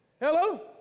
Hello